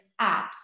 apps